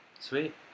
Sweet